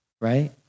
right